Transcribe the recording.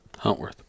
Huntworth